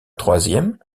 troisième